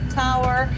tower